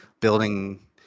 Building